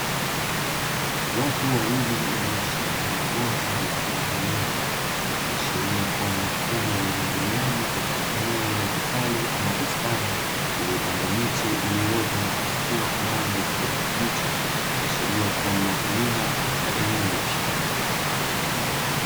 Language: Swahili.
Watu wawili walioshika mabomba yenye kutoa maji, ikiashiria kua ni mfumo wa umwagiliaji katika eneo la kitalu ama bustani iliyopandwa miche iliyoota na kuchipua kwa rangi ya kijani kibichi, ikiashiria kuwa ni wakulima katika eneo la shamba.